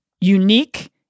unique